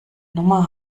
nummer